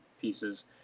pieces